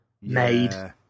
made